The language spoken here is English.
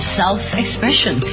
self-expression